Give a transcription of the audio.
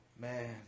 Man